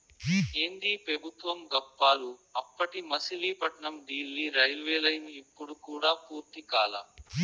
ఏందీ పెబుత్వం గప్పాలు, అప్పటి మసిలీపట్నం డీల్లీ రైల్వేలైను ఇప్పుడు కూడా పూర్తి కాలా